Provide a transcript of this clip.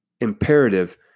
imperative